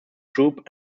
group